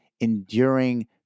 enduring